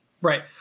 Right